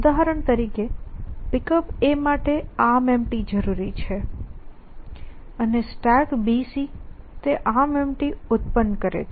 ઉદાહરણ તરીકે Pickup માટે ArmEmpty જરૂરી છે અને StackBC તે ArmEmpty ઉત્પન્ન કરે છે